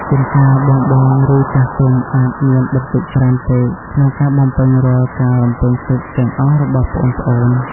ជួនកាល បងៗ ឬចាស់ទុំ អាចមាន បន្ទុកច្រើនពេក ក្នុងការបំពេញរាល់ការរំពឹងទុកទាំងអស់របស់ប្អូនៗ។